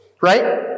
right